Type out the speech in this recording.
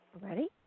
ready